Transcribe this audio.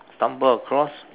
stumble across